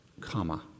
comma